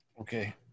Okay